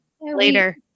later